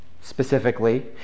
Specifically